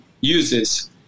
uses